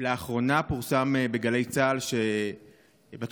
לאחרונה פורסם בגלי צה"ל שבתקופה